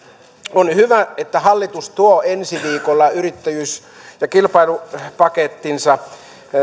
on hyvä että hallitus tuo ensi viikolla yrittäjyys ja kilpailupakettinsa